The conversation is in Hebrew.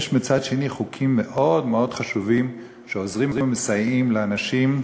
מצד שני יש חוקים מאוד חשובים שעוזרים ומסייעים לאנשים.